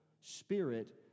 spirit